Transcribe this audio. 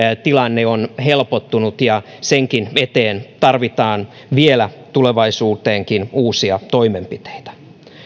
tilanne on helpottunut ja senkin eteen tarvitaan vielä tulevaisuuteenkin uusia toimenpiteitä